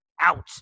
out